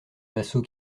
massot